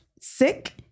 sick